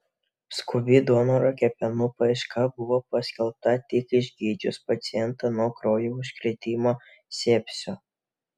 skubi donoro kepenų paieška buvo paskelbta tik išgydžius pacientą nuo kraujo užkrėtimo sepsio